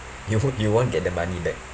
you wo~ you won't get the money back